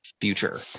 future